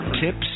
tips